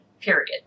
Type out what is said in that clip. Period